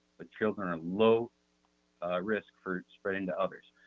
but children are low risk for spreading to others.